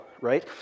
right